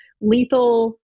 lethal